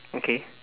okay